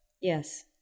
Yes